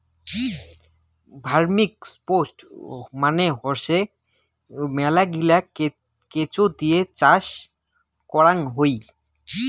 vermicompost মানে হসে মেলাগিলা কেঁচো দিয়ে চাষ করাং হই